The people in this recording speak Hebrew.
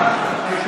המצלמה אחר כך.